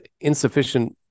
insufficient